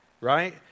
Right